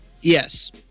Yes